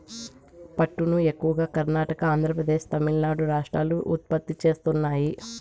పట్టును ఎక్కువగా కర్ణాటక, ఆంద్రప్రదేశ్, తమిళనాడు రాష్ట్రాలు ఉత్పత్తి చేస్తున్నాయి